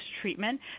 treatment